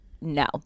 no